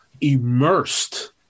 immersed